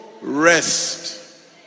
rest